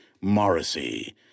Morrissey